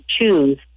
choose